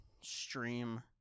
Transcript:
stream